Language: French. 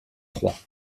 trois